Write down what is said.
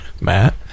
Matt